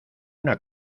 una